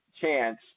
chance